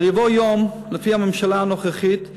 אבל יבוא יום, לפי הממשלה הנוכחית,